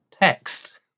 Text